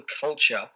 culture